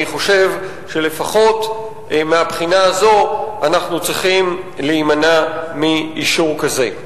אני חושב שלפחות מהבחינה הזו אנחנו צריכים להימנע מאישור כזה.